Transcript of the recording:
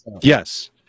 Yes